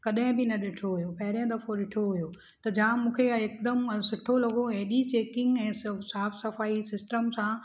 कॾहिं बि न ॾिठो हुओ पहिरीं दफ़ो ॾिठो हुओ त जाम मूंखे हिकदमि सुठो लॻो हेॾी चैकिंग ऐं सभु साफ़ सफ़ाई सिस्टम सां